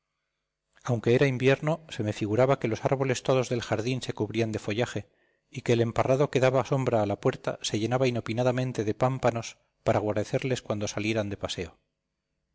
aunque era invierno se me figuraba que los árboles todos del jardín se cubrían de follaje y que el emparrado que daba sombra a la puerta se llenaba inopinadamente de pámpanos para guarecerles cuando salieran de paseo